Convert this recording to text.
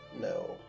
No